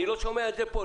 אני לא שומע את זה כאן פה,